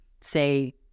say